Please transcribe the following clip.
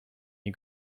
you